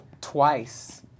twice